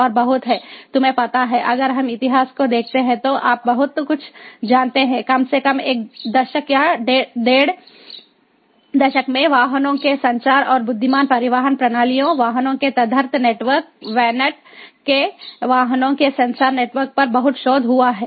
और बहुत है तुम्हें पता है अगर हम इतिहास को देखते हैं तो आप बहुत कुछ जानते हैं कम से कम एक दशक या डेढ़ दशक में वाहनों के संचार और बुद्धिमान परिवहन प्रणालियों वाहनों के तदर्थ नेटवर्क वैनॉट के वाहनों के सेंसर नेटवर्क पर बहुत शोध हुआ है